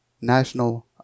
National